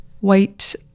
white